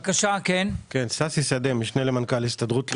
משנה למנכ"ל הסתדרות לאומית.